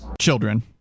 Children